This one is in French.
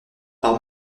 par